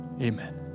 amen